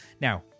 Now